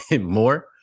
more